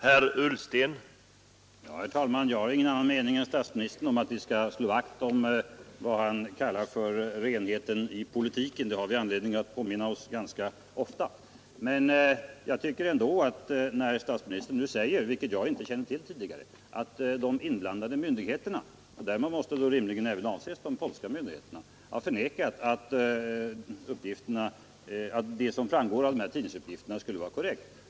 Herr talman! Jag har ingen annan mening än statsministern om att vi skall slå vakt om vad han kallar för renheten i politiken — det har vi anledning att påminna oss ganska ofta. Statsministern säger nu, vilket jag inte kände till tidigare, att de inblandade myndigheterna — därmed måste då rimligen avses även de polska myndigheterna — har förnekat att innehållet i tidningsuppgifterna skulle vara korrekt.